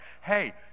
Hey